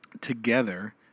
together